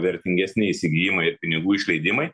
vertingesni įsigijimai ir pinigų išleidimai